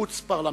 חוץ-פרלמנטריות.